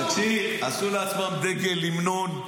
תקשיבי, הם עשו לעצמם דגל, המנון,